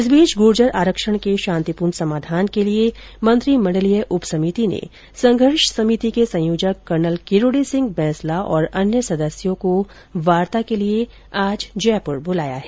इस बीच गुर्जर आरक्षण के शांतितपूर्ण समाधान के लिए मंत्रिमंडलीय उप समिति ने संघर्ष समिति के संयोजक कर्नल किरोडी सिंह बैंसला और अन्य सदस्यों को वार्ता के लिए आज जयपुर बुलाया है